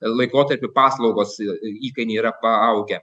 laikotarpį paslaugos į įkainiai yra paaugę